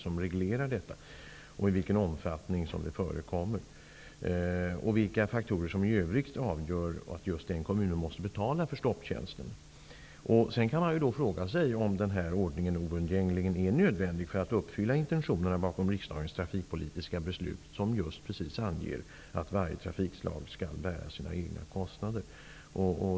Man undrar säkert vilka faktorer det är som i övrigt avgör att just en viss kommun måste betala för stopptjänsten. Man kan fråga sig om den här ordningen är oundgängligen nödvändig för att uppfylla intentionerna bakom riksdagens trafikpolitiska beslut, som just anger att varje trafikslag skall bära sina egna kostnader.